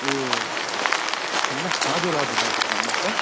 ए ल हजुर हजुर हजुर भन्नुहोस् त